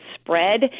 spread